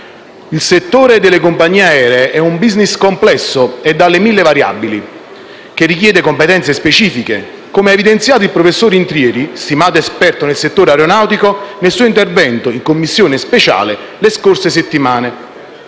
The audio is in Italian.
Il settore delle compagnie aeree è un *business* complesso e dalle mille variabili, che richiede competenze specifiche, come ha evidenziato il professor Intrieri, stimato esperto del settore aeronautico, nel suo intervento in Commissione speciale le scorse settimane.